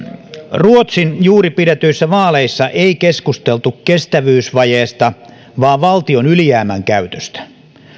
ruotsin juuri pidetyissä vaaleissa ei keskusteltu kestävyysvajeesta vaan valtion ylijäämän käytöstä